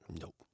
Nope